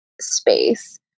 space